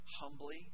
humbly